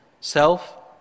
self